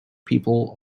people